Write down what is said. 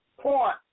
point